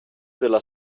della